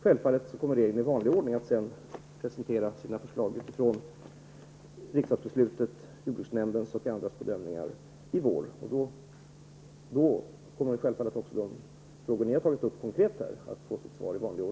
Självfallet kommer regeringen sedan att i vår i vanlig ordning presentera förslag med utgångspunkt i riksdagsbeslutet och jordbruksnämndens och andras bedömningar, och då kommer självfallet de konkreta frågor som ni har tagit upp att få sitt svar.